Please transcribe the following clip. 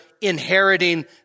inheriting